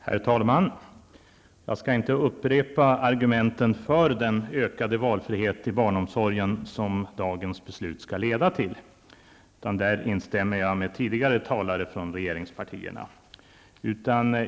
Herr talman! Jag skall inte upprepa argumenten för den ökade valfrihet i barnomsorgen som dagens beslut skall leda till, utan instämmer därvidlag med tidigare talare från regeringspartierna.